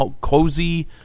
cozy